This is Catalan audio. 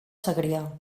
segrià